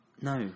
no